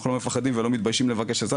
אנחנו לא מפחדים ולא מתביישים לבקש עזרה,